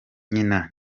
nyina